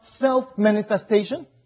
self-manifestation